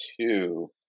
two